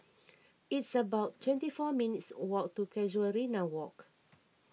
it's about twenty four minutes' walk to Casuarina Walk